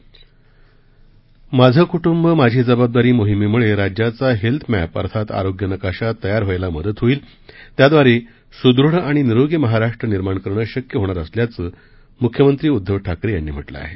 माझे कुटुंब माझी जबाबदारी मोहिमेमुळे राज्याचा हेल्थ मॅप अर्थात आरोग्य नकाशा तयार व्हायला मदत होईल त्याद्वारे सदृढ आणि निरोगी महाराष्ट्र निर्माण करणं शक्य होणार असल्याचं मुख्यमंत्री उद्धव ठाकरे यांनी म्हटलं आहे